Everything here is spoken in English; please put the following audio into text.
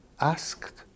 asked